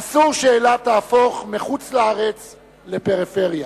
אסור שאילת תהפוך מחוץ-לארץ לפריפריה.